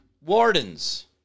wardens